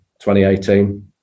2018